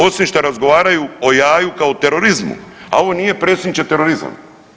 Osim što razgovaraju o jaju kao terorizmu, a ovo nije predsjedniče terorizam.